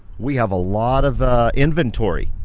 we have a lot of inventory,